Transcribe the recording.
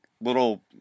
little